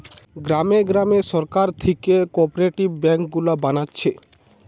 গ্রামে গ্রামে সরকার থিকে কোপরেটিভ বেঙ্ক গুলা বানাচ্ছে